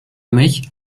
mich